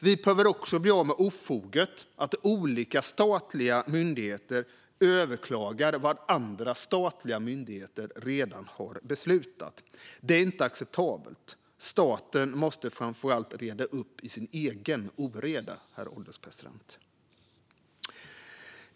Vi behöver också bli av med ofoget att olika statliga myndigheter överklagar vad andra statliga myndigheter har beslutat. Det är inte acceptabelt. Staten måste framför allt reda upp i sin egen oreda.